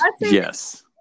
yes